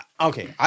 Okay